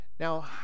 Now